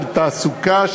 של תעסוקה,